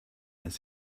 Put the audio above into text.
its